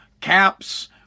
caps